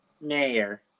mayor